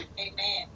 Amen